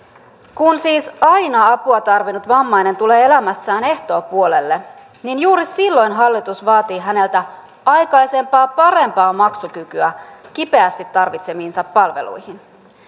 kun siis aina apua tarvinnut vammainen tulee elämässään ehtoopuolelle niin juuri silloin hallitus vaatii häneltä aikaisempaa parempaa maksukykyä hänen kipeästi tarvitsemiinsa palveluihin